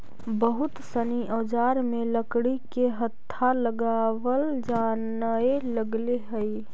बहुत सनी औजार में लकड़ी के हत्था लगावल जानए लगले हई